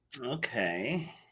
Okay